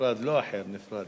לא אחר, נפרד.